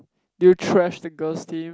did you trash the girls team